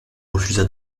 refusa